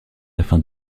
afin